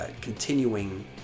continuing